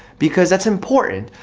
because that's important.